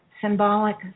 symbolic